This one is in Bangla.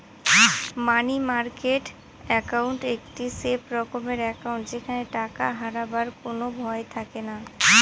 মানি মার্কেট একাউন্ট একটি সেফ রকমের একাউন্ট যেখানে টাকা হারাবার কোনো ভয় থাকেনা